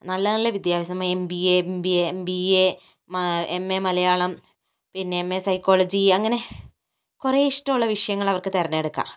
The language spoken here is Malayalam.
നല്ല നല്ല വിദ്യാഭ്യാസം ഇപ്പോൾ M B A B A M A Malayalam പിന്നെ എം എ സൈക്കോളജി അങ്ങനെ കുറേ ഇഷ്ടമുള്ള വിഷയങ്ങൾ അവർക്ക് തിരഞ്ഞെടുക്കാം